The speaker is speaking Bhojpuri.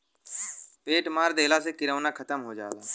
पेंट मार देहले से किरौना खतम हो जाला